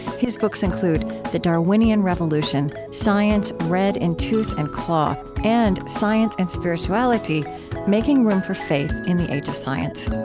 his books include the darwinian revolution science red in tooth and claw and science and spirituality making room for faith in the age of science